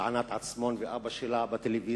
של ענת עצמון ואבא שלה שרים בטלוויזיה,